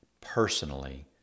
personally